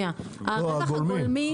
הגולמי.